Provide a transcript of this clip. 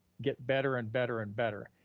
get better and better and better.